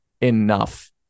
enough